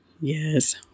Yes